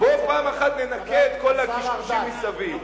בוא פעם אחת ננקה את כל הקשקושים מסביב.